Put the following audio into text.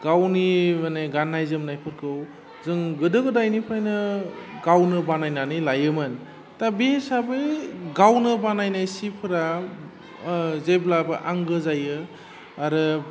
गावनि माने गान्नाय जोमनायफोरखौ जों गोदो गोदायनिफ्रायनो गावनो बानायनानै लायोमोन दा बे हिसाबै गावनो बानायनाय सिफोरा जेब्लाबो आंगो जायो आरो